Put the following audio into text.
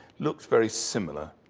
looks very similar.